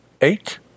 eight